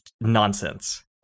nonsense